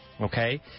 okay